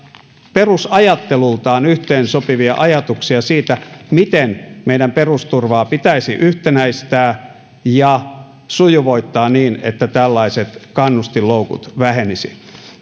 perusajattelultaan yhteen sopivia ajatuksia siitä miten meidän perusturvaa pitäisi yhtenäistää ja sujuvoittaa niin että tällaiset kannustinloukut vähenisivät